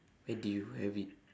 where did you have it